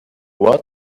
what